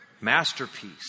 Masterpiece